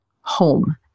home